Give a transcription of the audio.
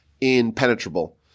impenetrable